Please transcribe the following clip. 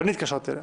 אני התקשרתי אליה.